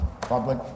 public